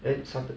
then sometimes